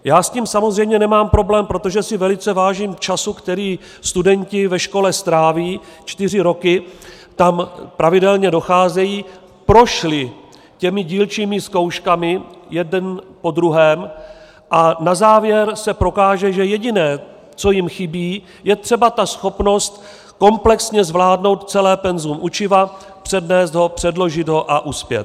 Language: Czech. Já s tím samozřejmě nemám problém, protože si velice vážím času, který studenti ve škole stráví, čtyři roky tam pravidelně docházejí, prošli těmi dílčími zkouškami, jeden po druhém, a na závěr se prokáže, že jediné, co jim chybí, je třeba ta schopnost komplexně zvládnout celé penzum učiva, přednést ho, předložit ho a uspět.